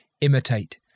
imitate